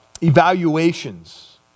evaluations